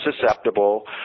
susceptible